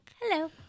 Hello